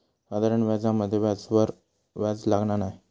साधारण व्याजामध्ये व्याजावर व्याज लागना नाय